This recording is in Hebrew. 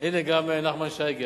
הנה גם נחמן שי הגיע,